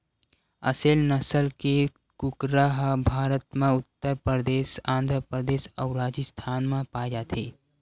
असेल नसल के कुकरा ह भारत म उत्तर परदेस, आंध्र परदेस अउ राजिस्थान म पाए जाथे